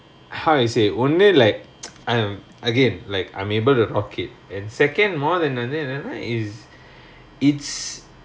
how I say ஒன்னு:onnu like I don't know again like I'm able to rock it then second more than வந்து என்னன்னா:vanthu ennannaa is it's